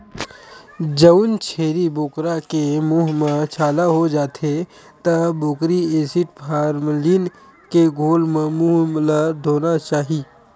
जउन छेरी बोकरा के मूंह म छाला हो जाथे त बोरिक एसिड, फार्मलीन के घोल म मूंह ल धोना चाही